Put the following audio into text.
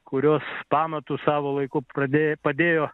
kurios pamatus savo laiku pradė padėjo